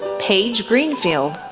paige greenfield,